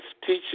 teaching